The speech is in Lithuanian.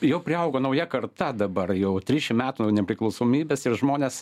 jau priaugo nauja karta dabar jau trisdešimt metų nepriklausomybės ir žmonės